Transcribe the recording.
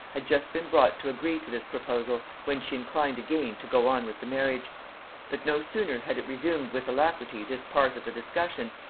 had just been brought to agree to this proposal, when she inclined again to go on with the marriage but no sooner had it resumed with alacrity this part of the discussion,